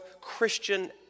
Christian